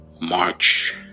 March